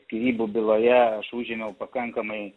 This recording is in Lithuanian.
skyrybų byloje aš užėmiau pakankamai